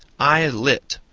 i lit.